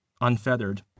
unfeathered